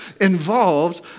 involved